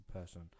person